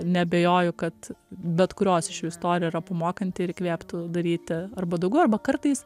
neabejoju kad bet kurios iš jų istorija yra pamokanti ir įkvėptų daryti arba daugiau arba kartais